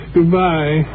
Goodbye